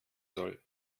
soll